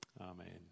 amen